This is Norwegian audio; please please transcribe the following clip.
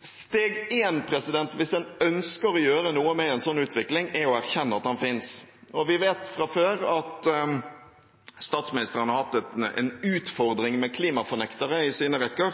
Steg 1 hvis en ønsker å gjøre noe med en slik utvikling, er å erkjenne at den finnes. Vi vet fra før at statsministeren har hatt en utfordring med klimafornektere i sine rekker.